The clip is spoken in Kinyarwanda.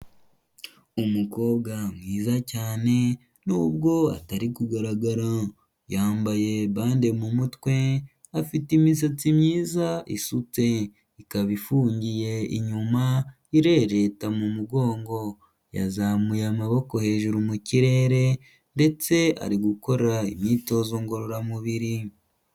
Umukobwa mwiza cyane nubwo atari kugaragara, yambaye bande mu mutwe, afite imisatsi myiza isutse, ikaba ifungiye inyuma irereta mu mugongo, yazamuye amaboko hejuru mu kirere ndetse ari gukora imyitozo ngororamubiri.